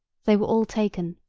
they were all taken,